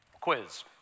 Quiz